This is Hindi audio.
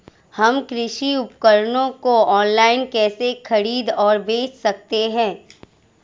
हम कृषि उपकरणों को ऑनलाइन कैसे खरीद और बेच सकते हैं?